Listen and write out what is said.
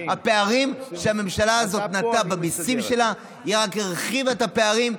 הפערים שהממשלה הזאת נטעה במיסים שלה רק הרחיבו את הפערים,